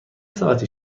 ساعتی